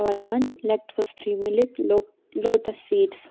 almond lactose free milk لوک lotus seeds